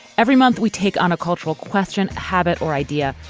every month we take on a cultural question, habit or idea.